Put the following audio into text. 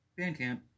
Bandcamp